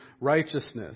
righteousness